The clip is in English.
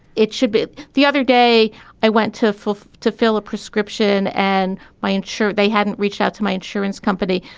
it should be the other day i went to full to fill a prescription and my ensure they hadn't reached out to my insurance company.